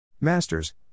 Masters